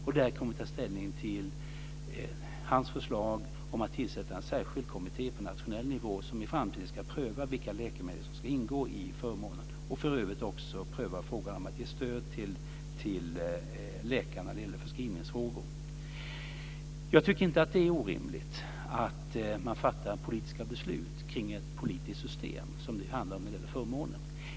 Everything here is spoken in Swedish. Vi kommer då att ta ställning till hans förslag om att tillsätta en särskild kommitté på nationell nivå som i framtiden ska pröva vilka läkemedel som ska ingå i förmånen och för övrigt också pröva frågan om att ge stöd till läkarna när det gäller förskrivningsfrågor. Jag tycker inte att det är orimligt att man fattar politiska beslut kring ett politiskt system, som det handlar om när det gäller förmånen.